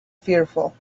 fearful